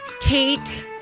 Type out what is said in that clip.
kate